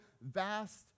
vast